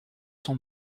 son